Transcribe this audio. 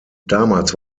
damals